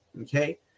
okay